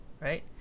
right